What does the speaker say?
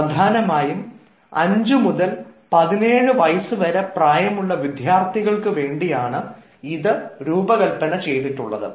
പ്രധാനമായും അഞ്ചു മുതൽ 17 വയസ്സ് വരെ പ്രായമുള്ള വിദ്യാർഥികൾക്ക് വേണ്ടിയാണിത് രൂപകല്പന ചെയ്തിട്ടുള്ളത്